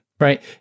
right